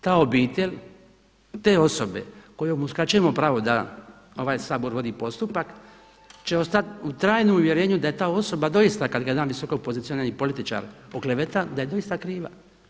Ta obitelj, te osobe kojoj uskraćujemo pravo da ovaj Sabor vodi postupak će ostati u trajnom uvjerenju da je ta osoba doista kad ga jedan visoko pozicionirani političar okleveta da je doista kriva.